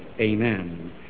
Amen